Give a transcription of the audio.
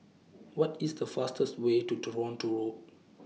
What IS The fastest Way to Toronto Road